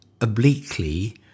obliquely